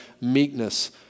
meekness